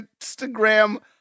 Instagram